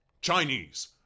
Chinese